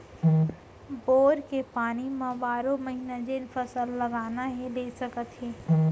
bore के पानी म बारो महिना जेन फसल लगाना हे ले सकत हे